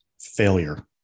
Failure